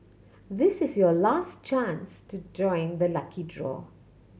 this is your last chance to join the lucky draw